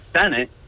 Senate